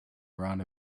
around